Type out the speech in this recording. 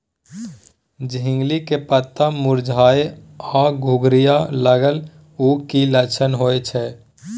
झिंगली के पत्ता मुरझाय आ घुघरीया लागल उ कि लक्षण होय छै?